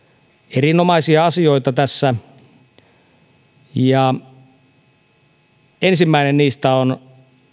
erinomaisia asioita tässä ensimmäinen niistä on